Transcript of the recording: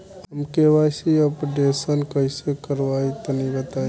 हम KYC updation कइसे करवाई तनि बताई?